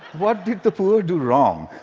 what did the poor do wrong?